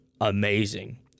amazing